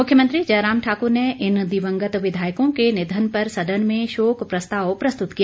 मुख्यमंत्री जयराम ठाक्र ने इन दिवंगत विधायकों के निधन पर सदन में शोक प्रस्ताव प्रस्तुत किया